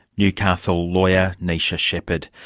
newcastle lawyer neisha shepherd.